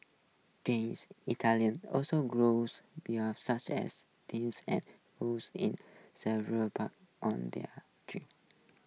Jamie's Italian also grows such as thyme and rose in several planters on thier terrace